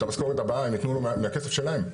את המשכורת הבאה הם יתנו לו מהכסף שלהם,